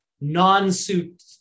non-suit